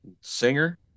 singer